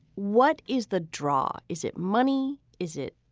what is the draw? is it money? is it.